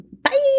Bye